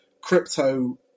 crypto